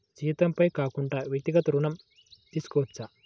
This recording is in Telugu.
జీతంపై కాకుండా వ్యక్తిగత ఋణం తీసుకోవచ్చా?